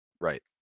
right